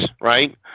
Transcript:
right